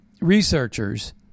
researchers